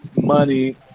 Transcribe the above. money